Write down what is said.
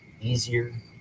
easier